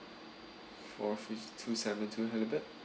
four fish two salmon two halibut